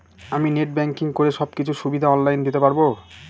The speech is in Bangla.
আমি নেট ব্যাংকিং করে সব কিছু সুবিধা অন লাইন দিতে পারবো?